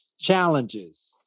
challenges